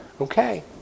Okay